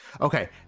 Okay